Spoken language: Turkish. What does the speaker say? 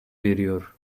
veriyor